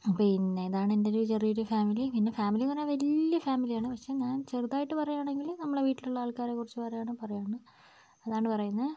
പിന്നെ ഇതാണ് എന്റെ ഒരു ചെറിയൊരു ഫാമിലി പിന്നെ ഫാമിലി എന്ന് പറഞ്ഞാൽ വലിയ ഫാമിലി ആണ് പക്ഷേ ഞാൻ ചെറുതായിട്ട് പറയുകയാണെങ്കിൽ നമ്മളെ വീട്ടിലുള്ള ആൾക്കാരെ കുറിച്ചാണ് പറയുവാണ് പറയുവാണ് അതാണ് പറയുന്നത്